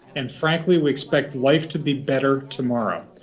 and frankly we expect life to be better tomorrow.